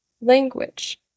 language